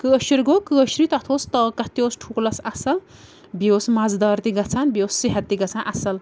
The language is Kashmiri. کٲشُر گوٚو کٲشرُے تَتھ اوس طاقَت تہِ اوس ٹھوٗلَس اصٕل بیٚیہِ اوس مَزٕدار تہِ گَژھان بیٚیہِ اوس صحت تہِ گَژھان اصٕل